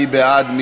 מי בעד?